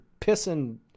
pissing